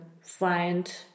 find